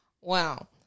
wow